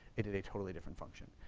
it did a totally different function.